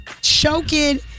choking